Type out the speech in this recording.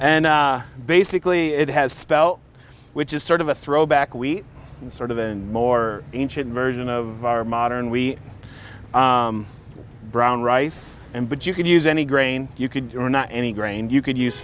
and basically it has spell which is sort of a throwback we sort of and more ancient version of modern we brown rice and but you can use any grain you could or not any grain you could use